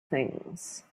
things